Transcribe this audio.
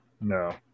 no